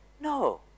No